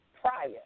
prior